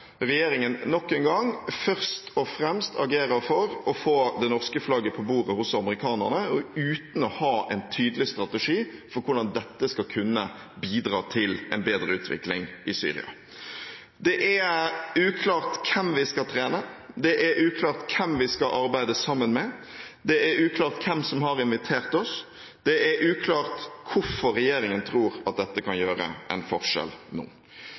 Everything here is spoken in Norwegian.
regjeringen nok en gang først og fremst agerer for å få det norske flagget på bordet hos amerikanerne, uten å ha en tydelig strategi for hvordan dette skal kunne bidra til en bedre utvikling i Syria. Det er uklart hvem vi skal trene, det er uklart hvem vi skal arbeide sammen med, det er uklart hvem som har invitert oss, det er uklart hvorfor regjeringen tror at dette kan gjøre en forskjell nå.